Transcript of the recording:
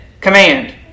command